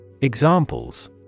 Examples